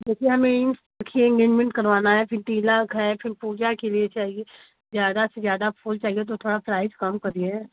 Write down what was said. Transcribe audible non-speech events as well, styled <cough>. जैसे हमें <unintelligible> करवाना है फिर तिलक है फिर पूजा के लिए चाहिए ज़्यादा से ज़्यादा फूल चाहिए तो थोड़ा प्राइस कम करिए